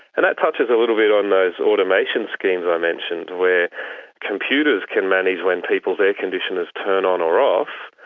and that touches a little bit on those automation schemes i mentioned where computers can manage when people's air-conditioners turn on or off.